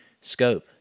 scope